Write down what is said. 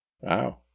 Wow